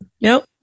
nope